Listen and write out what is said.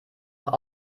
noch